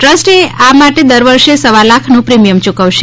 trust એ માટે દર વષે સવા લાખનું પ્રીમિયમ યૂકવશે